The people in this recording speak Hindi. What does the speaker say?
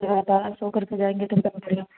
सो करके जाएँगे तो